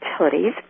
Utilities